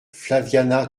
flaviana